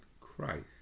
Christ